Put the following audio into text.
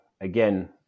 again